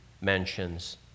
mentions